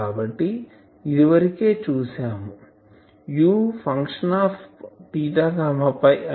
కాబట్టి ఇదివరకే చూసాను U అనగా r2 Saverage